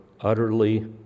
utterly